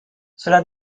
cela